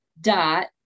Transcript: dot